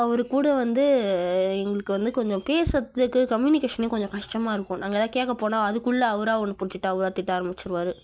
அவர் கூட வந்து எங்களுக்கு வந்து கொஞ்சம் பேசுவதுக்கு கம்மியுனிகேசனே கொஞ்சம் கஷ்டமாக இருக்கும் நாங்கள் ஏதாவது கேட்க போனால் அதுக்குள்ளே அவரா ஒன்றை புரிஞ்சுட்டு அவராக திட்ட ஆரமிச்சுருவாரு